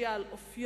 משפיע על אופיו,